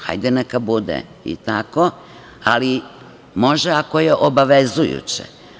Hajde neka bude i tako, ali može ako je obavezujuće.